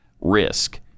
risk